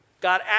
God